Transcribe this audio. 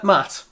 Matt